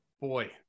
Boy